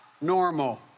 normal